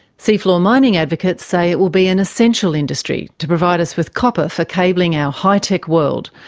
seafloor mining advocates say it will be an essential industry to provide us with copper for cabling our high-tech world,